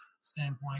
standpoint